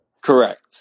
Correct